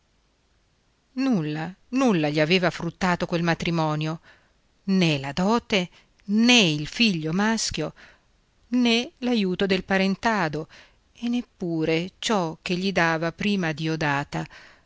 nulla nulla gli aveva fruttato quel matrimonio né la dote né il figlio maschio né l'aiuto del parentado e neppure ciò che gli dava prima diodata